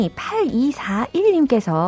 8241님께서